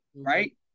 right